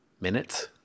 minutes